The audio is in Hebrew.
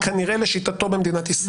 כנראה לשיטתו במדינת ישראל.